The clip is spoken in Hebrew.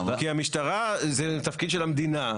כי המשטרה זה התפקיד של המדינה.